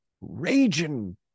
raging